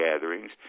gatherings